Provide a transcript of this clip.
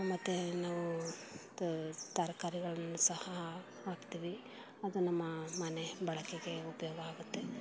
ಮತ್ತು ನಾವು ತರಕಾರಿಗಳನ್ನು ಸಹ ಹಾಕ್ತೀವಿ ಅದು ನಮ್ಮ ಮನೆ ಬಳಕೆಗೆ ಉಪಯೋಗ ಆಗುತ್ತೆ